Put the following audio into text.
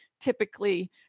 typically